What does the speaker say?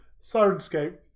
Sirenscape